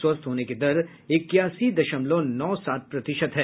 स्वस्थ होने की दर इक्यासी दशमलव नौ सात प्रतिशत है